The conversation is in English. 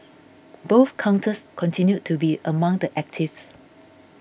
both counters continued to be among the actives